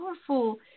powerful